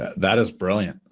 that is brilliant.